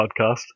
podcast